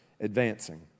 advancing